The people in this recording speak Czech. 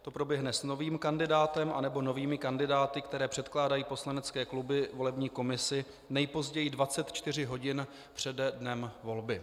To proběhne s novým kandidátem anebo novými kandidáty, které předkládají poslanecké kluby volební komisi nejpozději 24 hodin přede dnem volby.